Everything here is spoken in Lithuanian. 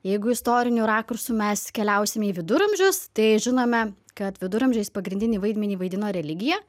jeigu istoriniu rakursu mes keliausime į viduramžius tai žinome kad viduramžiais pagrindinį vaidmenį vaidino religija